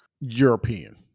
European